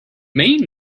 main